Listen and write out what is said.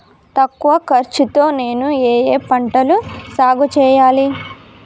తక్కువ ఖర్చు తో నేను ఏ ఏ పంటలు సాగుచేయాలి?